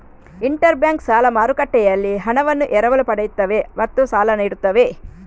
inter bank ಸಾಲ ಮಾರುಕಟ್ಟೆಯಲ್ಲಿ ಹಣವನ್ನು ಎರವಲು ಪಡೆಯುತ್ತವೆ ಮತ್ತು ಸಾಲ ನೀಡುತ್ತವೆ